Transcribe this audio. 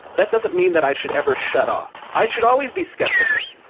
that doesn't mean that i should ever shut off. i should always be skeptical.